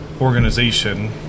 organization